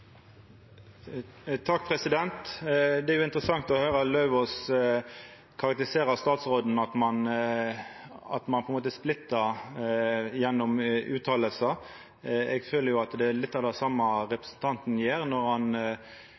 interessant å høyra Lauvås karakterisera statsråden med at ein på ein måte splittar gjennom utsegner. Eg føler at det er litt av det same representanten gjer når han